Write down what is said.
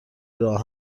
راه